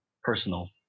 personal